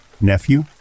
nephew